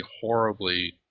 horribly